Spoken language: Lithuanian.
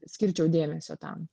skirčiau dėmesio tam